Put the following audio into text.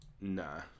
Nah